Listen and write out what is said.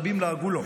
רבים לעגו לו.